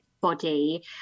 body